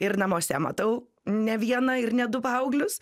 ir namuose matau ne vieną ir ne du paauglius